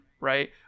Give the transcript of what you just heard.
right